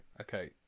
Okay